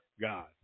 god